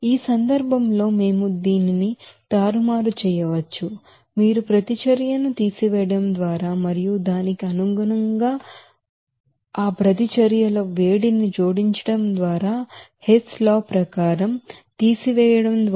ఈ సందర్భంలో మేము దీనిని తారుమారు చేయవచ్చు మీరు రియాక్షన్ ను తీసివేయడం ద్వారా మరియు దానికి అనుగుణంగా ఆ హీట్ అఫ్ రియాక్షన్ ని జోడించడం ద్వారా హెస్ లా ప్రకారం తీసివేయడం ద్వారా